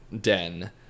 den